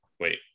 Wait